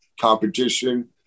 competition